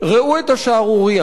ראו את השערורייה,